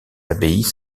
abbayes